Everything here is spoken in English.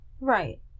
Right